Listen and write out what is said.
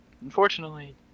unfortunately